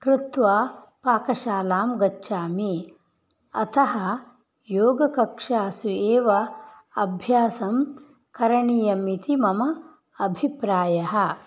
कृत्वा पाकशालां गच्छामि अतः योगकक्षासु एव अभ्यासं करणीयमिति मम अभिप्रायः